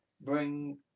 bring